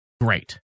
great